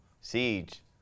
Siege